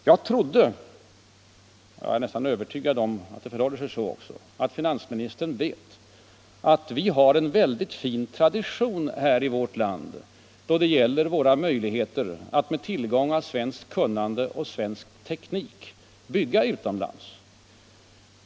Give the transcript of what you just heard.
Jag trodde — jag är nästan övertygad om att det förhåller sig så också — att finansministern vet att vi har en utomordentligt fin tradition i vårt land då det gäller våra möjligheter att med tillgång av svenskt kunnande och svensk teknik bygga utomlands.